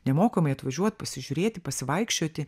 nemokamai atvažiuot pasižiūrėti pasivaikščioti